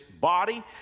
body